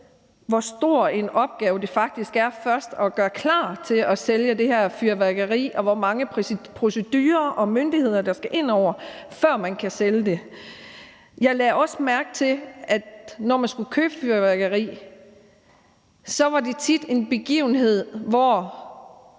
hvor stor en opgave det faktisk er først at gøre klar til at sælge det her fyrværkeri, og hvor mange procedurer og myndigheder der skal ind over det, før man kan sælge det. Jeg lagde også mærke til, at når kunderne skulle købe det, var det tit en begivenhed, hvor